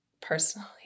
personally